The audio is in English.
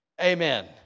Amen